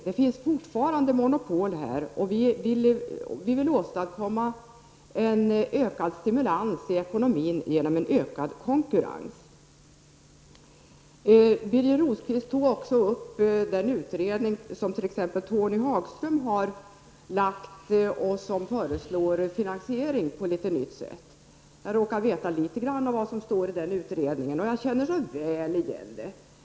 Det finns fortfarande monopol, och vi vill åstadkomma en ökad stimulans i ekonomin genom en förbättrad konkurrens. Birger Rosqvist tog också upp den utredning som Tony Hagström har lagt fram och där det föreslås en finansiering på ett litet nytt sätt. Jag råkar veta litet grand om vad som står i den utredningen och känner så väl igen det.